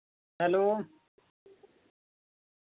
hello